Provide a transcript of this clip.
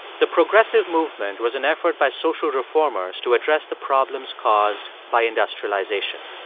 the progressive movement was an effort by social reformers to address the problems caused by industrialization.